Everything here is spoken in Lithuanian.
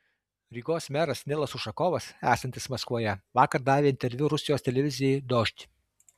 rygos meras nilas ušakovas esantis maskvoje vakar davė interviu rusijos televizijai dožd